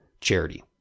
charity